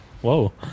Whoa